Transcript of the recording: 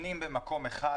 נותנים במקום אחד,